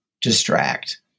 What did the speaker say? distract